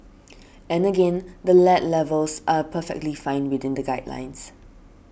and again the lead levels are perfectly fine within the guidelines